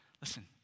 listen